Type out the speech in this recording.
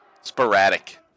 sporadic